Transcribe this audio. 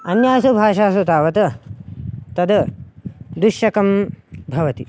अन्यासु भाषासु तावत् तद् दुश्शकं भवति